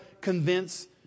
convince